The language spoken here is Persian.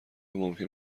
ممکن